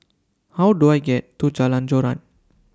How Do I get to Jalan Joran